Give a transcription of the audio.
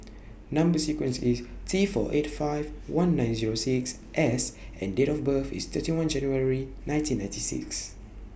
Number sequence IS T four eight five one nine Zero six S and Date of birth IS thirty one January nineteen ninety six